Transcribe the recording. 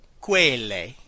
quelle